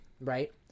right